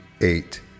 eight